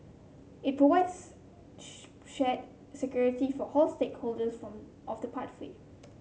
it provides shared security for stakeholders from of the pathway